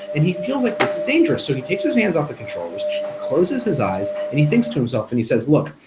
and he feels like this is dangerous, so he takes his hands off the controls, he closes his eyes, and he thinks to himself and he says look,